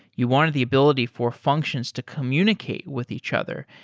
you wanted the ability for functions to communicate with each other.